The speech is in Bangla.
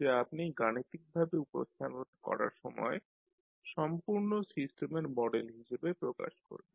যা আপনি গাণিতিকভাবে উপস্থাপন করার সময় সম্পূর্ণ সিস্টেমের মডেল হিসাবে প্রকাশ করবে